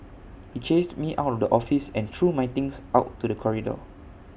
he chased me out of the office and threw my things out to the corridor